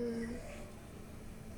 mm